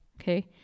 okay